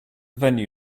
venue